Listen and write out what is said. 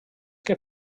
que